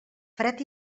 fred